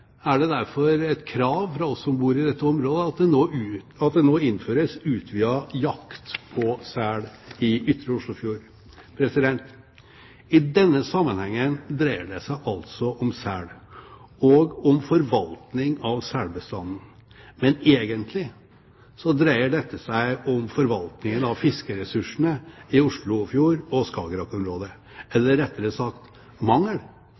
er det derfor et krav fra oss som bor i dette området, at det nå innføres utvidet jakt på sel i Ytre Oslofjord. I denne sammenhengen dreier det seg altså om sel og om forvaltning av selbestanden. Men egentlig dreier dette seg om forvaltningen av fiskeressursene i Oslofjord- og Skagerrak-området – eller rettere sagt mangel